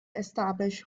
establish